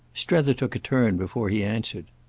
strether took a turn before he answered.